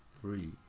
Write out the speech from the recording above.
three